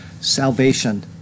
salvation